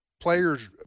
players